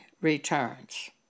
returns